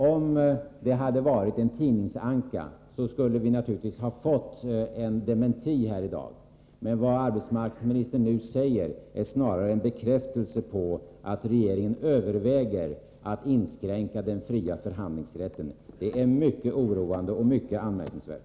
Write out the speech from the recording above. Om det hade varit en tidningsanka skulle vi naturligtvis ha fått en dementi här i dag, men vad arbetsmarknadsministern nu säger är snarare en bekräftelse på att regeringen överväger att inskränka den fria förhandlingsrätten. Det är mycket oroande och mycket anmärkningsvärt.